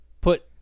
put